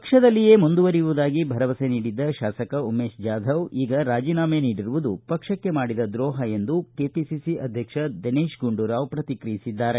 ಪಕ್ಷದಲ್ಲಿಯೇ ಮುಂದುವರಿಯುವುದಾಗಿ ಭರವಸೆ ನೀಡಿದ್ದ ಶಾಸಕ ಉಮೇಶ ಚಾಧವ ಈಗ ರಾಜೀನಾಮೆ ನೀಡಿರುವುದು ಪಕ್ಷಕ್ಕೆ ಮಾಡಿದ ದ್ರೋಪ ಎಂದು ಕೆಪಿಸಿಸಿ ಅಧ್ಯಕ್ಷ ದಿನೇತ ಗುಂಡೂರಾವ್ ಪ್ರತಿಕ್ರಿಯಿಸಿದ್ದಾರೆ